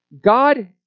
God